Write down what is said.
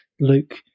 Luke